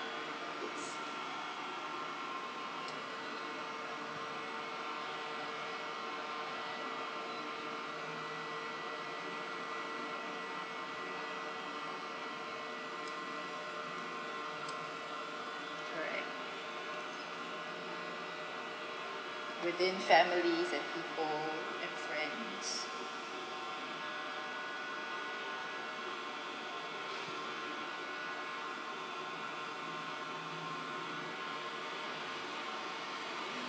within families and people and friends